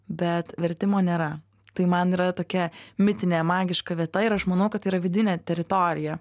bet vertimo nėra tai man yra tokia mitinė magiška vieta ir aš manau kad tai yra vidinė teritorija